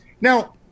Now